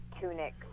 tunic